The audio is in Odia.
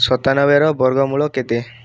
ସତାନବେର ବର୍ଗମୂଳ କେତେ